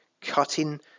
cutting